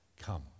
come